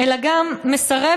אלא גם מסרבת,